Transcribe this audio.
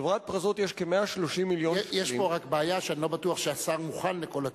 חברת "פרזות" יש פה רק בעיה שאני לא בטוח שהשר מוכן לכל התשובות.